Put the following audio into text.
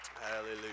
Hallelujah